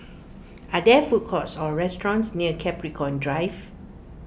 are there food courts or restaurants near Capricorn Drive